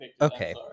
okay